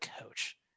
coach